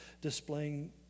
displaying